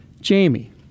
Jamie